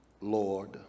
Lord